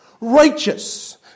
righteous